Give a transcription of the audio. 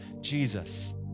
Jesus